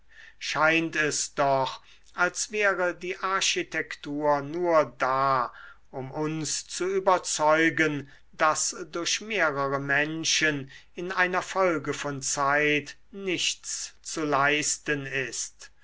scheint es doch als wäre die architektur nur da um uns zu überzeugen daß durch mehrere menschen in einer folge von zeit nichts zu leisten ist